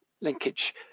linkage